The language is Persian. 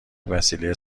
وسیله